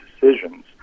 decisions